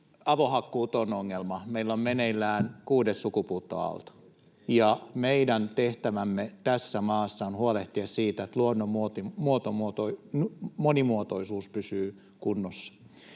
Avohakkuut ovat ongelma. Meillä on meneillään kuudes sukupuuttoaalto. Meidän tehtävämme tässä maassa on huolehtia siitä, että luonnon monimuotoisuus pysyy kunnossa.